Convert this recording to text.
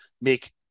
make